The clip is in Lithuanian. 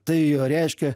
tai reiškia